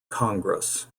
congress